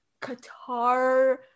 Qatar